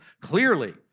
Clearly